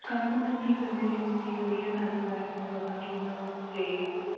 कमु नथो थी सघे जीअं वीह साड़ियूं आहिनि पो असांखे हुन जो टे